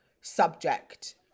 subject